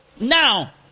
Now